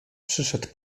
przyszedł